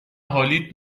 حالیت